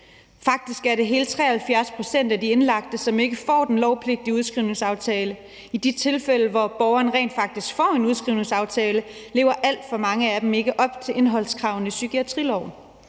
Faktisk er det hele 73 pct. af de indlagte, som ikke får den lovpligtige udskrivningsaftale, og i de tilfælde, hvor borgeren rent faktisk får en udskrivningsaftale, lever alt for mange af dem ikke op til indholdskravene i psykiatriloven.